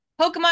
Pokemon